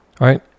Right